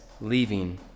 leaving